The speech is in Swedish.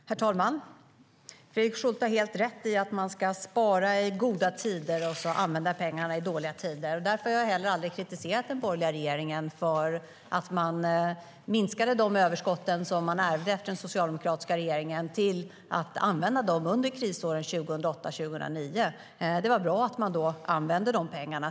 Herr talman! Fredrik Schulte har helt rätt i att man ska spara i goda tider och använda pengarna i dåliga tider. Därför har jag heller aldrig kritiserat den borgerliga regeringen för att man minskade de överskott man ärvde av den socialdemokratiska regeringen och använde dem under krisåren 2008-2009. Det var bra att man då använde de pengarna.